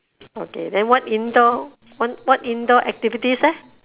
okay then what indoor wha~ what indoor activities leh